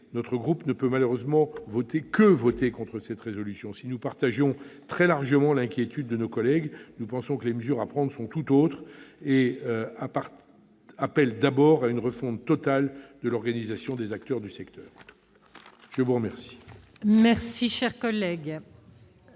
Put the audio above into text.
notre groupe ne peut malheureusement que voter contre cette proposition de résolution. Si nous partageons l'inquiétude de nos collègues, nous pensons que les mesures à prendre sont tout autres et appellent d'abord une refonte totale de l'organisation des acteurs du secteur. La parole